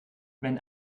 wenn